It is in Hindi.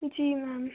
जी मैम